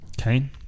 Okay